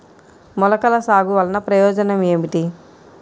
మొలకల సాగు వలన ప్రయోజనం ఏమిటీ?